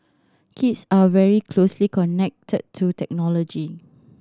kids are very closely connected to technology